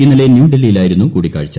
ഇന്നലെ ന്യൂഡൽഹിയിലായിരുന്നു കൂടിക്കാഴ്ച